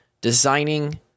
designing